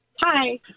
Hi